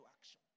Action